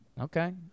okay